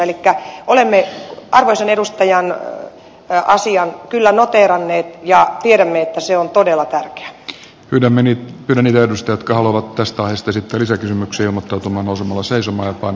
eli olemme arvoisan edustajan asian kyllä noteeranneet ja tiedämme että se on todella tärkeä kylä meni kymmenen edustajat kalvot tästä ajasta sitä lisää kysymyksiä mutta toinen osa mua seisomaan vaan